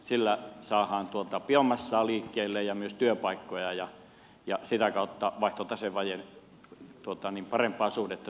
sillä saadaan tuota biomassaa liikkeelle ja myös työpaikkoja ja sitä kautta vaihtotasevajeen parempaa suhdetta suomen eduksi